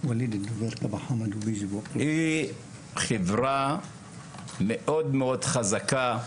היא חברה מאוד חזקה,